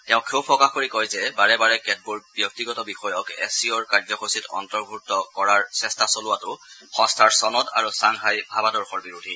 তেওঁ ক্ষোভ প্ৰকাশ কৰি কয় যে বাৰে বাৰে কেতবোৰ ব্যক্তিগত বিষয়ক এছ চি অৰ কাৰ্যসূচীত অন্তৰ্ভুক্ত কৰাৰ চেষ্টা চলোৱাতো সংস্থাৰ চনদ আৰু ছাংঘাইৰ ভাৱাদৰ্শৰ বিৰোধী